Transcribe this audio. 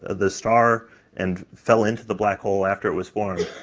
the star and fell into the black hole after it was formed,